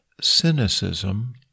cynicism